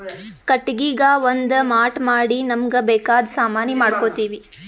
ಕಟ್ಟಿಗಿಗಾ ಒಂದ್ ಮಾಟ್ ಮಾಡಿ ನಮ್ಮ್ಗ್ ಬೇಕಾದ್ ಸಾಮಾನಿ ಮಾಡ್ಕೋತೀವಿ